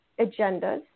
agendas